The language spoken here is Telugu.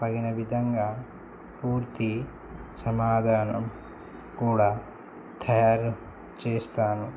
తగిన విధంగా పూర్తి సమాధానం కూడా తయారు చేస్తాను